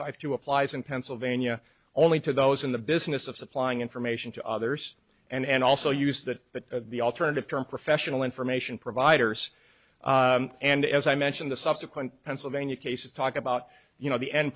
five two applies in pennsylvania only to those in the business of supplying information to others and also used that but the alternative term professional information providers and as i mentioned the subsequent pennsylvania cases talk about you know the end